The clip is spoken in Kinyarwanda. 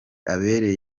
abere